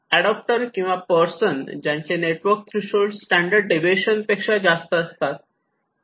adopter किंवा person ज्यांचे network threshold standard deviation पेक्षा जास्त असतात